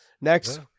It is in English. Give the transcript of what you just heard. Next